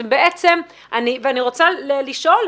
אני רוצה לשאול,